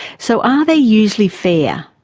so are they usually fair?